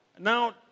Now